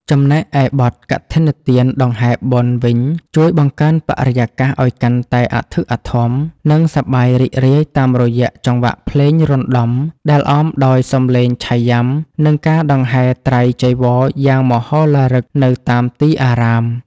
ចំណែកឯបទ កឋិនទានដង្ហែបុណ្យ វិញ ជួយបង្កើនបរិយាកាសឱ្យកាន់តែអធិកអធម និងសប្បាយរីករាយតាមរយៈចង្វាក់ភ្លេងរណ្តំដែលអមដោយសម្លេងឆៃយ៉ាំ និងការដង្ហែត្រៃចីវរយ៉ាងមហោឡារិកនៅតាមទីអារាម។